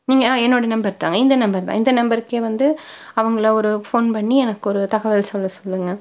நீங்கள் ஆ என்னோடய நம்பர் தாங்க இந்த நம்பர் தான் இந்த நம்பருக்கே வந்து அவங்கள ஒரு ஃபோன் பண்ணி எனக்கு ஒரு தகவல் சொல்ல சொல்லுங்க